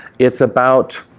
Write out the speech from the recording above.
it's about